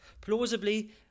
Plausibly